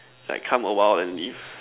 like come a while and leave